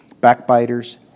backbiters